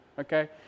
okay